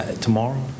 tomorrow